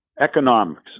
Economics